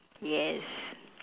yes